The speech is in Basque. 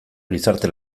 gizarte